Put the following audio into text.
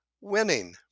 winning